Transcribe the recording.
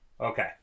Okay